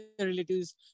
relatives